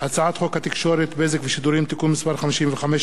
הצעת חוק התקשורת (בזק ושידורים) (תיקון מס' 55),